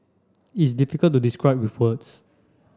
it's difficult to describe with words